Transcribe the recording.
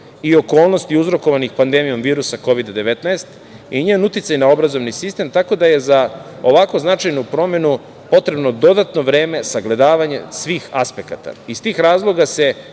i okolnosti uzrokovanih pandemijom virusa Kovida 19 i njen uticaj na obrazovni sistem, tako da je za ovako značajnu promenu potrebno dodatno vreme sagledavanjem svih aspekata. Iz tih razloga se